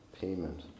payment